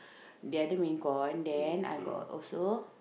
the other main con then I got also